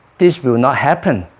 this will not happen